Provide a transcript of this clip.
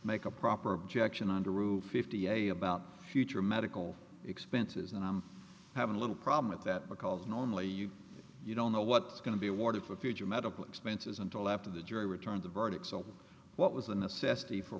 make a proper objection on to route fifty a about future medical expenses and i have a little problem with that because normally you don't know what's going to be awarded for future medical expenses until after the jury returned a verdict so what was the necessity for